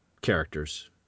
characters